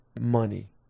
money